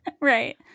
Right